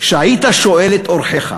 שהיית שואל את אורחיך: